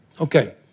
Okay